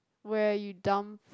where you dump